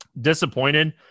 disappointed